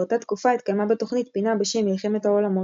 באותה תקופה התקיימה בתוכנית פינה בשם "מלחמת העולמות"